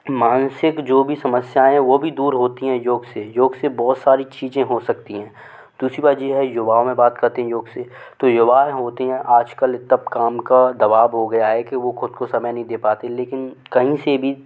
मानसिक जो भी समस्याएं वो भी दूर होती हैं योग से योग से बहुत सारी चीज़ें हो सकती हैं दूसरी बात ये है युवाओं में बात करते हैं योग से तो युवाएं होती हैं आज कल इतना काम का दवाब हो गया है कि वो ख़ुद को समय नहीं दे पाते लेकिन कहीं से भी